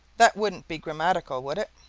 that wouldn't be grammatical, would it?